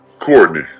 Courtney